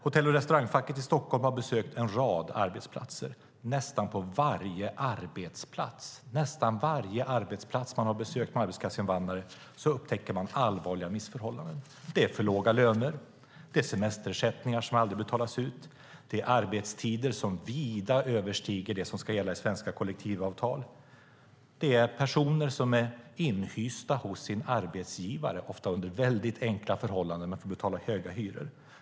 Hotell och Restaurangfacket i Stockholm har besökt en rad arbetsplatser. På nästan varje arbetsplats som man har besökt med arbetskraftsinvandrare har man upptäckt allvarliga missförhållanden. Det är för låga löner. Det är semesterersättningar som aldrig betalas ut. Det är arbetstider som vida överstiger de som ska gälla enligt svenska kollektivavtal. Det är personer som är inhysta hos sin arbetsgivare, ofta under väldigt enkla förhållanden men till väldigt höga hyror.